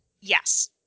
Yes